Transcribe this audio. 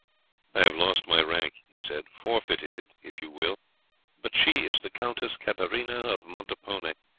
i have lost my rank he said, forfeited it, if you will but she is the countess katarina of montepone,